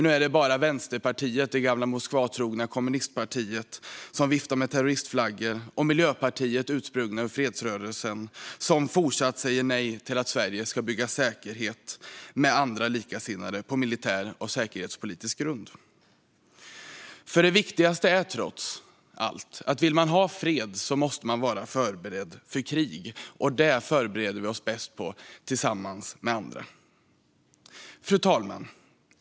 Nu är det bara Vänsterpartiet, det gamla Moskvatrogna kommunistpartiet, som viftar med terroristflaggor, och Miljöpartiet, sprungen ur fredsrörelsen, som fortsätter att säga nej till att Sverige ska bygga säkerhet med andra likasinnade på militär och säkerhetspolitisk grund. Det viktigaste är, trots allt, att om man vill ha fred måste man vara förberedd för krig. Det förbereder vi oss bäst på tillsammans med andra. Fru talman!